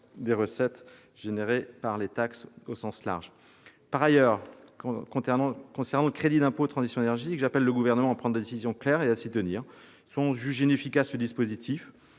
des recettes engendrées par les taxes. Par ailleurs, concernant le CITE, le crédit d'impôt pour la transition énergétique, j'appelle le Gouvernement à prendre des décisions claires et à s'y tenir. Soit on juge inefficace ce dispositif,